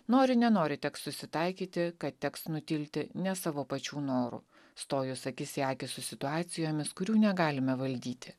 nori nenori teks susitaikyti kad teks nutilti ne savo pačių noru stojus akis į akį su situacijomis kurių negalime valdyti